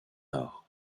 nord